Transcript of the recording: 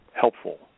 helpful